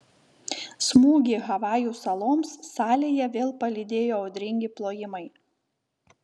smūgį havajų saloms salėje vėl palydėjo audringi plojimai